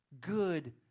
good